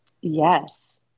Yes